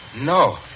No